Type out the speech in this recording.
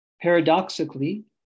Paradoxically